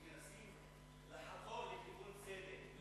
מנסים לחתור לכיוון הצדק.